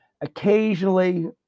Occasionally